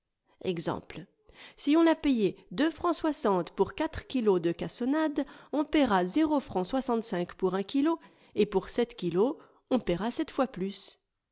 exemple si von a payé fr pour kilos de cassonade on paiera o fr pour un kilo et pour kilos on paiera fois plus